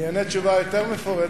אני אענה תשובה יותר מפורטת,